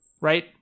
Right